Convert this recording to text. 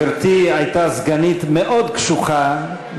גברתי הייתה סגנית מאוד קשוחה,